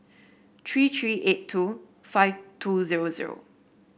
three three eight two five two zero zero